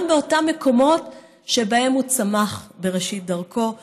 באותם מקומות שבהם הוא צמח בראשית דרכו.